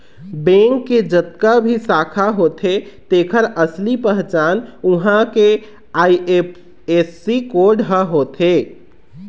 bank के जतका भी शाखा होथे तेखर असली पहचान उहां के आई.एफ.एस.सी कोड ह होथे